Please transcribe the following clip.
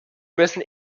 müssen